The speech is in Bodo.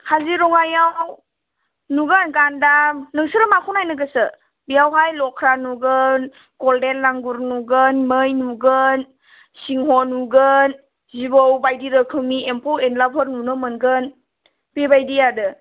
काजिरङायाव नुगोन गान्दा नोंसोरो माखौ नायनो गोसो बेयावहाय लख्रा नुगोन गलडेन लांगुर नुगोन मै नुगोन सिंह नुगोन जिबौ बायदि रोखोमनि एम्फौ एनलाफोर नुनो मोनगोन बेबायदि आरो